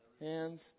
hands